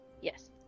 Yes